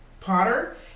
potter